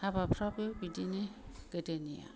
हाबाफ्राबो बिदिनो गोदोनिया